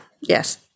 yes